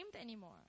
anymore